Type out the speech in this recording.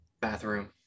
bathroom